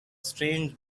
strange